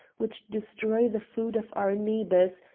which destroy the food of our neighbours,